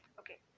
okay